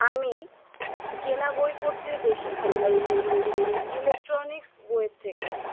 আমি কেনা বই পড়তে বেশি ভালোবাসি ইলেকট্রনিক্স বইয়ের থেকে